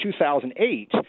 2008